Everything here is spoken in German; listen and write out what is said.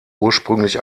ursprünglich